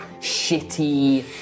shitty